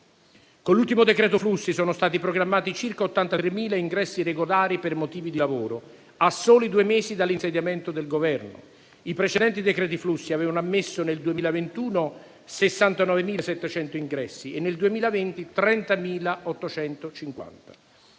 Con l'ultimo decreto flussi, sono stati programmati circa 83.000 ingressi regolari per motivi di lavoro, a soli due mesi dall'insediamento del Governo. I precedenti decreti flussi avevano ammesso, nel 2021, 69.700 ingressi e, nel 2020, 30.850.